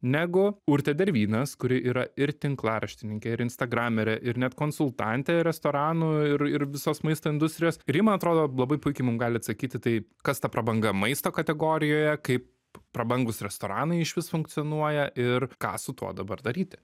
negu urtė dervynas kuri yra ir tinklaraštininkė ir instagramerė ir net konsultantė restoranų ir ir visos maisto industrijos ir ji man atrodo labai puikiai mums gali atsakyti tai kas ta prabanga maisto kategorijoje kaip prabangūs restoranai išvis funkcionuoja ir ką su tuo dabar daryti